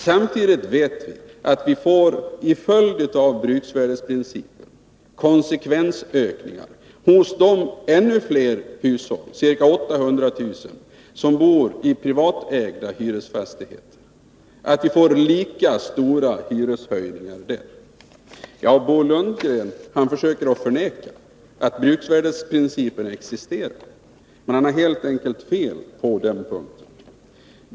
Samtidigt vet vi att vi, till följd av bruksvärdesprincipen, får konsekvensökningar hos de ännu fler hushåll, ca 800000, som bor i privatägda hyresfastigheter. Det blir lika stora hyreshöjningar där. Bo Lundgren försöker förneka att bruksvärdesprincipen existerar, men han har helt enkelt fel på den punkten.